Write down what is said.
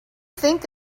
think